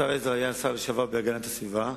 השר עזרא היה השר להגנת הסביבה.